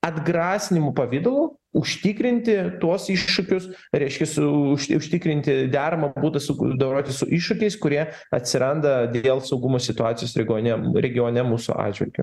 atgrasinimo pavidalu užtikrinti tuos iššūkius reiškia su už užtikrinti deramą būdą sugul dorotis su iššūkiais kurie atsiranda dėl saugumo situacijos regione regione mūsų atžvilgiu